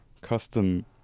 custom